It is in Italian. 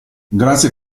grazie